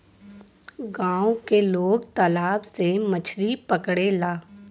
गांव के लोग तालाब से मछरी पकड़ेला